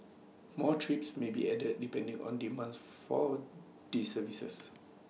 more trips may be added depending on demand for these services